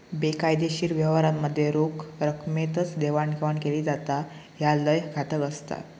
बेकायदेशीर व्यवहारांमध्ये रोख रकमेतच देवाणघेवाण केली जाता, ह्या लय घातक असता